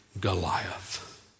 Goliath